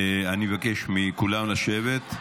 אני מבקש מכולם לשבת.